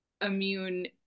immune